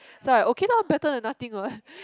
so I okay lor better than nothing [what]